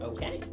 Okay